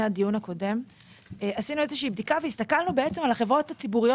הדיון הקודם והסתכלנו על החברות הציבוריות.